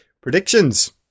predictions